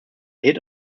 hit